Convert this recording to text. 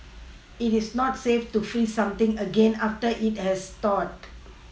it is not safe to freeze something again after it has thawed